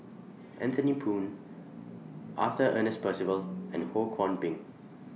Anthony Poon Arthur Ernest Percival and Ho Kwon Ping